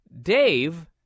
Dave